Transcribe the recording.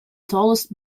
tallest